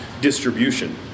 distribution